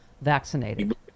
vaccinated